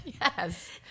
Yes